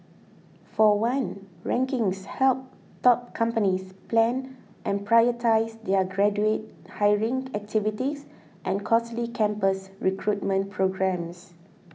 for one rankings help top companies plan and prioritise their graduate hiring activities and costly campus recruitment programmes